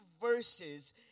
verses